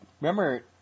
remember